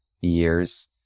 years